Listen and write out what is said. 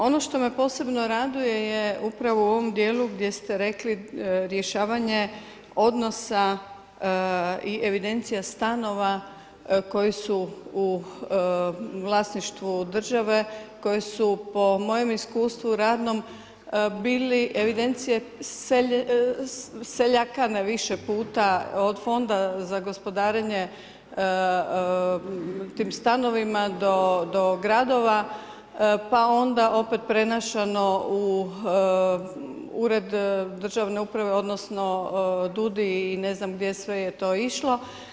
Ono što me posebno raduje je upravo u ovom dijelu gdje ste rekli rješavanje odnosa i evidencija stanova koji su u vlasništvu države, koji su po mojem iskustvu radnom bili evidencije seljakane više puta od Fonda za gospodarenje tim stanovima do gradova, pa onda opet prenašano u Ured državne uprave, odnosno DUUDI i ne znam gdje sve je to išlo.